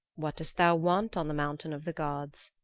what dost thou want on the mountain of the gods?